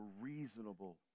reasonable